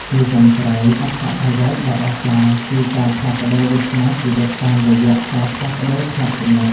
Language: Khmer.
ជាចុងក្រោយ អត្ថប្រយោជន៍ដ៏អស្ចារ្យគឺការផ្លាស់ប្តូរវាសនាជីវិតតាមរយៈការផ្លាស់ប្តូរផ្នត់គំនិត។